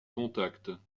contacts